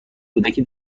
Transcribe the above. کودکی